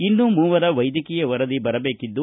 ಇನ್ನೂ ಮೂವರ ವೈದ್ಯಕೀಯ ವರದಿ ಬರಬೇಕಿದ್ದು